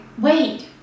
wait